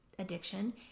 addiction